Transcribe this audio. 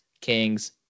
Kings